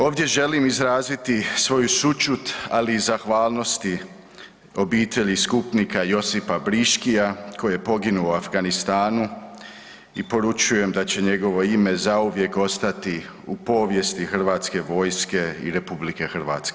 Ovdje želim izraziti svoju sućut, ali i zahvalnosti obitelji skupnika Josipa Briškija koji je poginuo u Afganistanu i poručujem da će njegovo ime zauvijek ostati u povijesti Hrvatske vojske i RH.